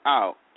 out